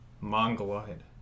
Mongoloid